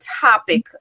topic